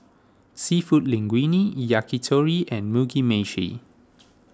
Seafood Linguine Yakitori and Mugi Meshi